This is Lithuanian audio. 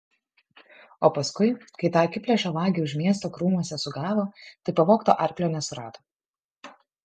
o paskui kai tą akiplėšą vagį už miesto krūmuose sugavo tai pavogto arklio nesurado